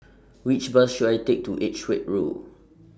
Which Bus should I Take to Edgeware Road